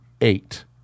eight